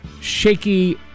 shaky